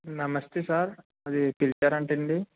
నమస్తే సార్ అది పిలిచారంట అండి